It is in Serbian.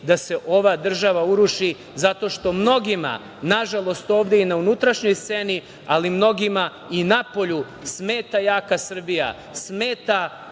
da se ova država uruši zato što mnogima, nažalost, ovde i na unutrašnjoj sceni, ali mnogima napolju smeta jaka Srbija, smeta